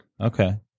Okay